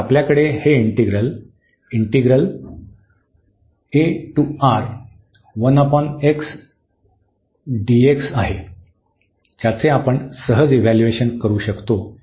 तर आपल्याकडे हे इंटिग्रल आहे ज्याचे आपण सहज इव्हॅल्यूएशन करू शकतो